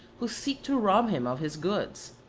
who seek to rob him of his goods.